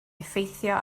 effeithio